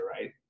right